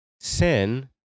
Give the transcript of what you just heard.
Sin